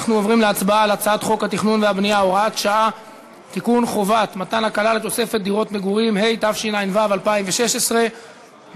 אין שום קשר לבנייה הלא-חוקית ולתשתיות במסגרת הנושא של הצעת החוק.